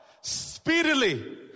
speedily